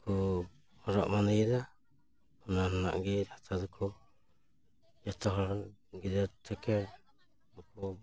ᱠᱚ ᱦᱚᱨᱚᱜ ᱵᱟᱸᱫᱮᱭ ᱫᱟ ᱚᱱᱟ ᱨᱮᱱᱟᱜ ᱜᱮ ᱱᱮᱛᱟᱨ ᱫᱚᱠᱚ ᱡᱚᱛᱚ ᱦᱚᱲ ᱜᱤᱫᱟᱹᱨ ᱛᱷᱮᱠᱮ ᱠᱚ